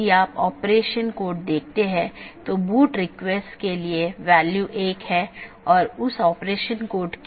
क्योंकि जब यह BGP राउटर से गुजरता है तो यह जानना आवश्यक है कि गंतव्य कहां है जो NLRI प्रारूप में है